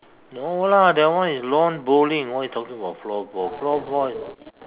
no lah that one is lawn bowling what you talking about floorball floorball is